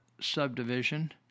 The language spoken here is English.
subdivision